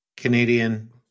Canadian